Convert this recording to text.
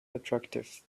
attractive